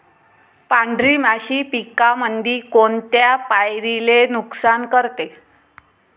पांढरी माशी पिकामंदी कोनत्या पायरीले नुकसान करते?